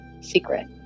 secret